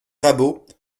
rabault